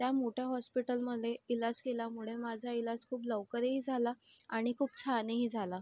त्या मोठया हॉस्पिटलमदे इलाज केलामुळे माझा इलाज खूप लवकरही झाला आणि खूप छानही झाला